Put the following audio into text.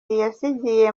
yasigiye